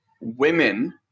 women